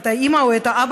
את האימא או את האבא,